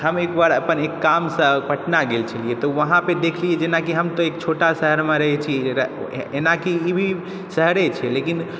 हम एकबार अपन एक काम सँ पटना गेल छलियै तऽ वहाँपे देखलियै जेना की हम तऽ एक छोटा शहर मे रहै छियै एनाकी ई भी शहरे छै लेकिन